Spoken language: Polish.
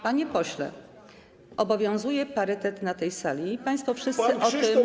Panie pośle, obowiązuje parytet na tej sali i państwo wszyscy o tym.